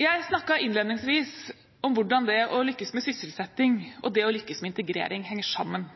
Jeg snakket innledningsvis om hvordan det å lykkes med sysselsetting og det å lykkes med integrering henger sammen.